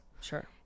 Sure